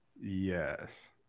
Yes